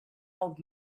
old